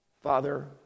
Father